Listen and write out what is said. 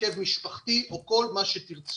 הרכב משפחתי או כל מה שתרצו.